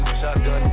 shotgun